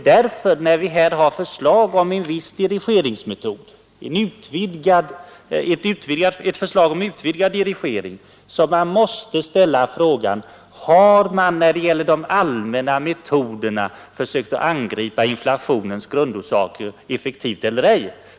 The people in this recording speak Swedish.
När vi här har förslag om en utvidgad dirigering, är det därför självklart att ställa frågan: Har man när det gäller de allmänna metoderna försökt angripa inflationens grundorsaker effektivt?